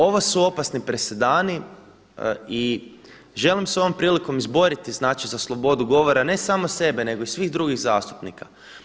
Ovo su opasni presedani i želim se ovom prilikom izboriti, znači za slobodu govora ne samo sebe nego i svih drugih zastupnika.